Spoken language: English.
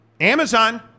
Amazon